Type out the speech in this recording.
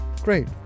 Great